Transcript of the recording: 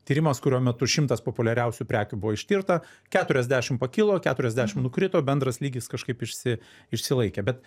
tyrimas kurio metu šimtas populiariausių prekių buvo ištirta keturiasdešim pakilo keturiasdešim nukrito bendras lygis kažkaip išsi išsilaikė bet